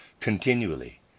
continually